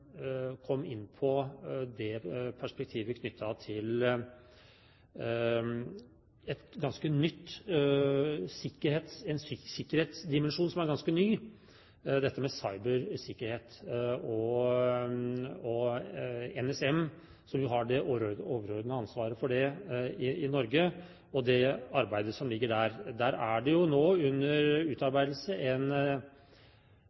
kom inn på perspektivet knyttet til en sikkerhetsdimensjon som er ganske ny, dette med cybersikkerhet og NSM, som jo har det overordnede ansvaret for det i Norge, og det arbeidet som ligger der. Der er det nå under